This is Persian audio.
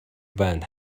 بند